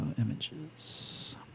images